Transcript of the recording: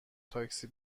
تاکسی